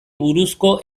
buruzko